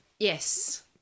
Yes